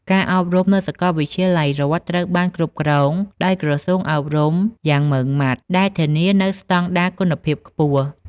ការអប់រំនៅសាកលវិទ្យាល័យរដ្ឋត្រូវបានគ្រប់គ្រងដោយក្រសួងអប់រំយ៉ាងម៉ឺងម៉ាត់ ដែលធានានូវស្តង់ដារគុណភាពខ្ពស់។